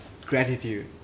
Gratitude